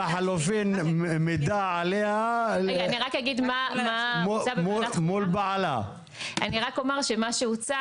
אני רק אומר שמה שהוצע